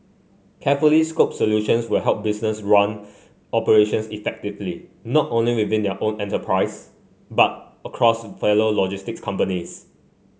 carefully scoped solutions will help businesses run operations effectively not only within their own enterprise but across fellow logistics companies